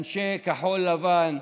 אנשי כחול לבן.